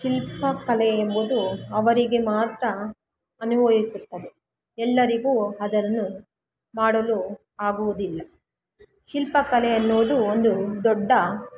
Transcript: ಶಿಲ್ಪಕಲೆ ಎಂಬುದು ಅವರಿಗೆ ಮಾತ್ರ ಅನ್ವಯಿಸುತ್ತದೆ ಎಲ್ಲರಿಗೂ ಅದನ್ನು ಮಾಡಲು ಆಗುವುದಿಲ್ಲ ಶಿಲ್ಪಕಲೆ ಅನ್ನುವುದು ಒಂದು ದೊಡ್ಡ